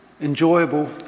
enjoyable